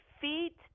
feet